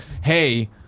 Hey